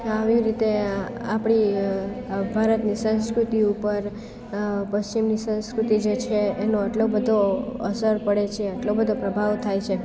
આવી રીતે આપણી આ ભારતની સંસ્કૃતિ ઉપર પશ્ચિમની સંસ્કૃતિ જે છે એનો આટલો બધી અસર પડે છે આટલો બધો પ્રભાવ થાય છે